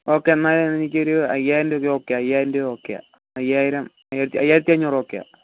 okay എന്നാൽ എനിക്കൊരു അയ്യായിരം രൂപക്ക് അയ്യായിരംരൂപ ഓക്കേയ അയ്യായിരം അയ്യായിരത്തഞ്ഞൂറു ഓക്കയാ